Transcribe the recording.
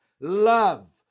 love